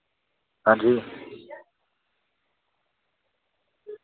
हां जी